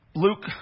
Luke